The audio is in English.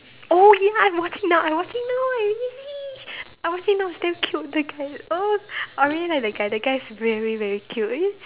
oh ya I watching now I watching now I watching now it's damn cute the guy oh I really like the guy the guy is very very cute eh